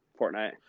Fortnite